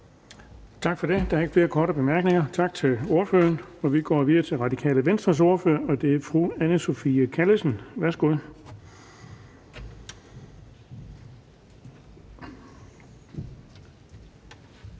Tak for det. Der er ikke flere korte bemærkninger. Tak til ordføreren. Vi går videre til Radikale Venstres ordfører, og det er fru Anne Sophie Callesen. Værsgo.